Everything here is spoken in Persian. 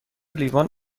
لیوان